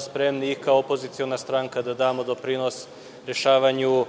Spremni smo kao opoziciona stranka da damo doprinos rešavanju